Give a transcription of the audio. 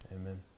Amen